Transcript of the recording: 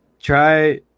Try